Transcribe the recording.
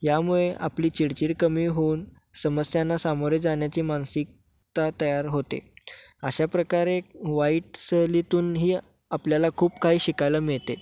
यामुळे आपली चिडचिड कमी होऊन समस्यांना सामोरे जाण्याची मानसिकता तयार होते अशा प्रकारे वाईट सहलीतूनही आपल्याला खूप काही शिकायला मिळते